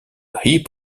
hip